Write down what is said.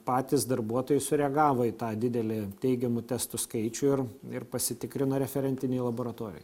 patys darbuotojai sureagavo į tą didelį teigiamų testų skaičių ir ir pasitikrino referentinėj laboratorijoj